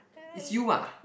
is you ah